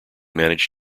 managed